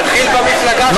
תתחיל במפלגה שלך,